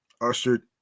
ushered